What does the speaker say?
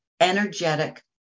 energetic